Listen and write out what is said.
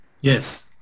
Yes